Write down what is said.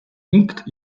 nikt